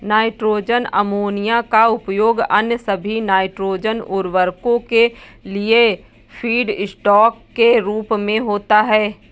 nitrogen ammonia का उपयोग अन्य सभी नाइट्रोजन उवर्रको के लिए फीडस्टॉक के रूप में होता है